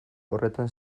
horretan